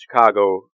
Chicago